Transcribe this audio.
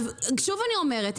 שוב אני אומרת,